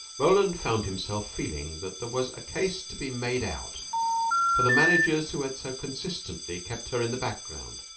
roland found himself feeling that there was a case to be made out for the managers who had so consistently kept her in the background.